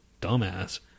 dumbass